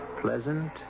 pleasant